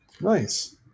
nice